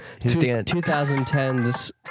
2010's